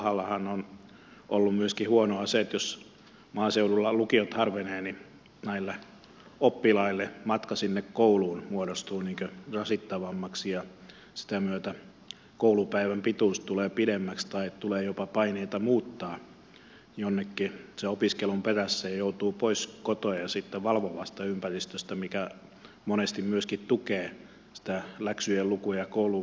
lukioiden kohdallahan on ollut huonoa myöskin se että jos maaseudulla lukiot harvenevat niin näille oppilaille matka sinne kouluun muodostuu rasittavammaksi ja sen myötä koulupäivä tulee pidemmäksi tai tulee jopa paineita muuttaa jonnekin sen opiskelun perässä ja joutuu pois kotoa ja siitä valvovasta ympäristöstä joka monesti myöskin tukee sitä läksyjen lukua ja kouluun valmistautumista